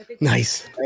Nice